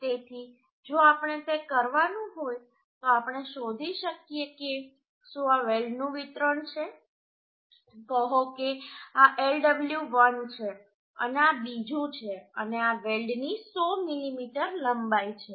તેથી જો આપણે તે કરવાનું હોય તો આપણે શોધી શકીએ કે શું આ વેલ્ડનું વિતરણ છે કહો કે આ Lw1 છે અને આ બીજું છે અને આ વેલ્ડની 100 મીમી લંબાઈ છે